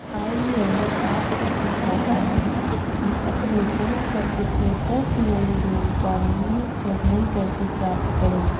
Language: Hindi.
आइए मैं आपको सिखाता हूं कि अपने फोन पर पिछले दस लेनदेन का मिनी स्टेटमेंट कैसे प्राप्त करें